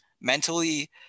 mentally